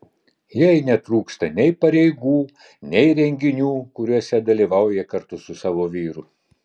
jai netrūksta nei pareigų nei renginių kuriuose dalyvauja kartu su savo vyru